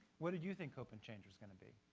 what did you think hope and change was going to be?